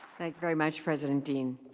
thank you very much, president deane.